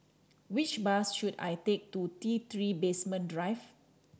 which bus should I take to T Three Basement Drive